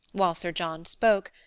while sir john spoke,